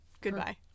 goodbye